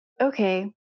okay